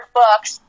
books